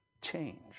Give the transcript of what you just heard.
change